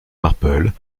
marple